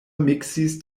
miksis